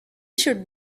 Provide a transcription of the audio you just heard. should